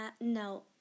no